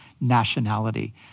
nationality